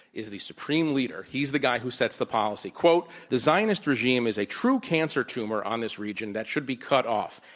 is the supreme leader he's the guy who sets the policy. quote, the zionist regime is a true cancer tumor on this region that should be cut off,